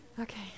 Okay